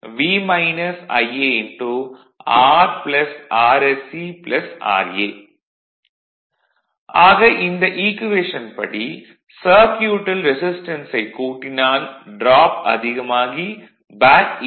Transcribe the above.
vlcsnap 2018 11 05 09h59m38s236 ஆக இந்த equation படி சர்க்யூட்டில் ரெசிஸ்டன்ஸைக் கூட்டினால் டிராப் அதிகமாகி பேக் ஈ